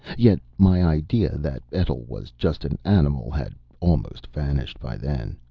yet my idea that etl was just an animal had almost vanished by then.